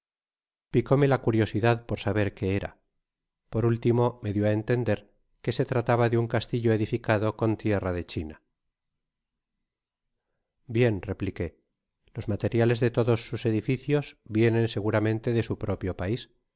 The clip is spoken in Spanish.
picóme la curiosidad por saber que era por último me dió á entender se trataba de un castillo edificado con tierra de china bien repliqué los materiales de todos sus edificios vienen seguramente de su propio pais